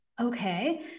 okay